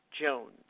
Jones